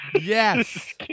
Yes